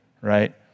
right